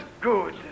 good